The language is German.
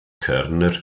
körner